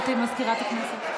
גברתי סגנית מזכירת הכנסת.